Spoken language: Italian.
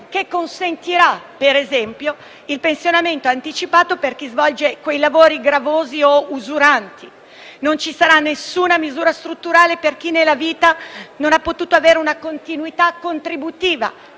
che consentirà, per esempio, il pensionamento anticipato per chi svolge lavori gravosi o usuranti; non ci sarà alcuna misura strutturale per chi nella vita non ha potuto avere una continuità contributiva,